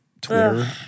Twitter